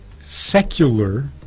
Secular